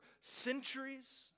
centuries